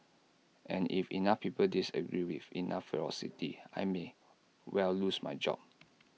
and if enough people disagree with enough ferocity I may well lose my job